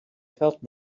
felt